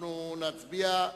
אנחנו נצביע.